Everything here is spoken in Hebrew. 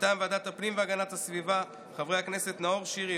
מטעם ועדת הפנים והגנת הסביבה: חברי הכנסת נאור שירי,